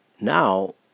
Now